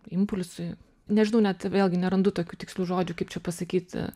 impulsui nežinau net vėlgi nerandu tokių tikslių žodžių kaip čia pasakyt